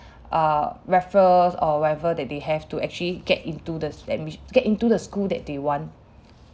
err referrals or whatever that they have to actually get into the the admi~ to get into the school that they want